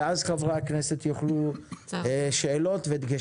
ואז חברי הכנסת יוכלו לשאול שאלות ולתת דגשים.